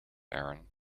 aaron